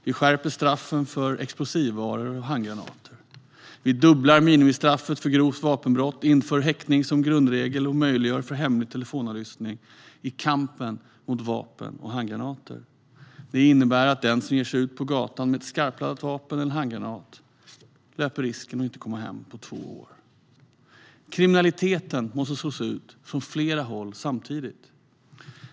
Vi skärper straffen för explosivvaror och handgranater. Vi dubblar minimistraffet för grovt vapenbrott, inför häktning som grundregel och möjliggör för hemlig telefonavlyssning i kampen mot vapen och handgranater. Detta innebär att den som ger sig ut på gatan med ett skarpladdat vapen eller en handgranat löper risk att inte komma hem på två år. Kriminaliteten måste slås ut från flera håll samtidigt.